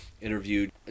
interviewed